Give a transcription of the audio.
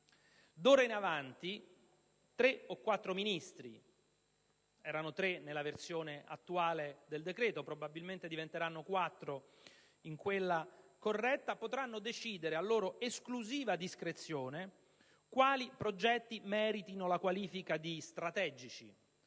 d'ora in avanti tre o quattro Ministri (sono tre nella versione attuale del decreto, probabilmente diventeranno quattro in quella corretta) potranno decidere, a loro esclusiva discrezione, quali progetti meritino la qualifica di strategici;